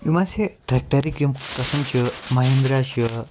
یِم ہَسا ٹریٚکٹَرٕکۍ یِم قٕسم چھِ مہنٛدرا چھُ